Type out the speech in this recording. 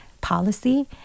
policy